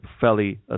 fairly